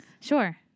Sure